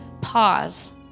pause